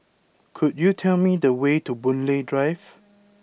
could you tell me the way to Boon Lay Drive